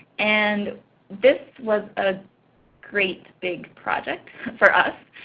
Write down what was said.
and this was a great big project for us.